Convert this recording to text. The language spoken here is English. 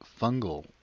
fungal